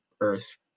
earth